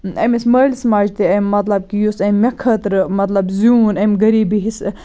أمِس مٲلِس ماجہِ تہِ امہِ مَطلَب کہِ یُس أمۍ مےٚ خٲطرٕ مَطلَب زیوٗن أمۍ غریٖبی حِسہٕ